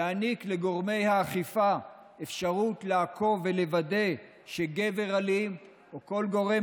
יעניק לגורמי האכיפה אפשרות לעקוב ולוודא שגבר אלים או כל גורם